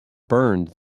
burned